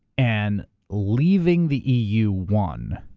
and leaving the eu won,